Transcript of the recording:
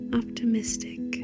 optimistic